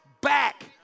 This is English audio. back